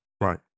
Right